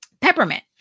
Peppermint